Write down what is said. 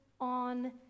on